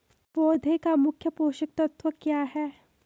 पौधें का मुख्य पोषक तत्व क्या है?